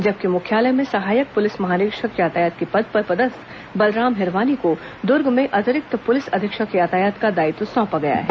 जबकि मुख्यालय में सहायक पुलिस महानिरीक्षक यातायात के पद पर पदस्थ बलराम हिरवानी को द्र्ग में अतिरिक्त पुलिस अधीक्षक यातायात का दायित्व सौंपा गया है